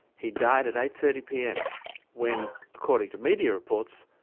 he died at eight. thirty pm when, according to media reports,